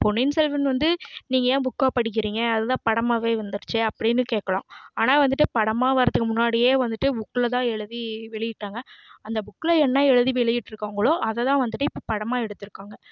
பொன்னியின் செல்வன் வந்து நீங்கள் ஏன் புக்காக படிக்கிறிங்க அது தான் படமாகவே வந்துருச்சு அப்படினு கேட்கலாம் ஆனால் வந்துட்டு படமாக வர்றதுக்கு முன்னாடியே வந்துட்டு புக்கில் தான் எழுதி வெளியிட்டாங்க அந்த புக்கில் என்ன எழுதி வெளியிட்டிருக்காங்களோ அதை தான் வந்துட்டு இப்போ படமாக எடுத்திருக்காங்க